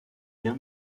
bien